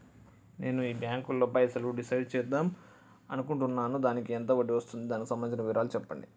నేను ఈ బ్యాంకులో పైసలు డిసైడ్ చేద్దాం అనుకుంటున్నాను దానికి ఎంత వడ్డీ వస్తుంది దానికి సంబంధించిన వివరాలు చెప్పండి?